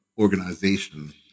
organization